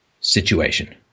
situation